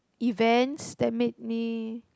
events that made me